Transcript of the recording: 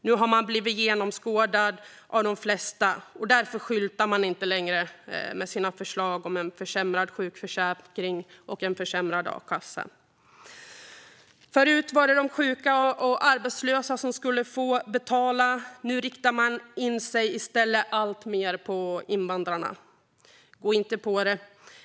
Nu har man blivit genomskådad av de flesta, och därför skyltar man inte längre med sina förslag om försämrad sjukförsäkring och försämrad a-kassa. Förut var det sjuka och arbetslösa som skulle få betala. Nu riktar man i stället in sig alltmer på invandrarna. Gå inte på det!